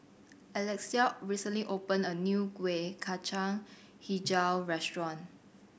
Alexia recently opened a new Kueh Kacang Hijau restaurant